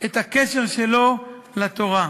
את הקשר שלו לתורה.